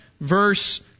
verse